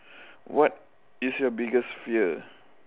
what is your biggest fear